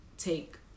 take